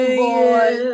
boy